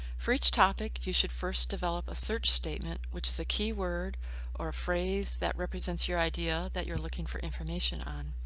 for each topic, you should first develop a search statement which is a keyword or phrase that represents your idea that you're looking for. information on.